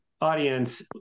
audience